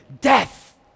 death